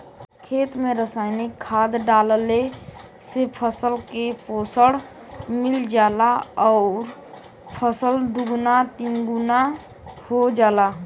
खेत में रासायनिक खाद डालले से फसल के पोषण मिल जाला आउर फसल दुगुना तिगुना हो जाला